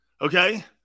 Okay